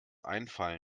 einfallen